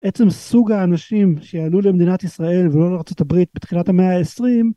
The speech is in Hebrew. עצם סוג האנשים שיעלו למדינת ישראל ולא לארה״ב בתחילת המאה העשרים